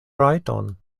rajton